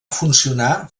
funcionar